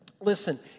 listen